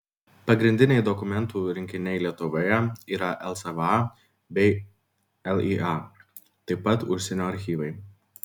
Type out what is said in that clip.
pagrindiniai dokumentų rinkiniai lietuvoje yra lcva bei lya taip pat užsienio archyvai